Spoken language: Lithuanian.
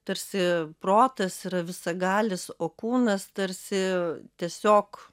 tarsi protas yra visagalis o kūnas tarsi tiesiog